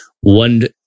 one